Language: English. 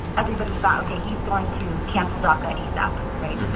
everybody thought, ok, he's going to cancel daca asap, right?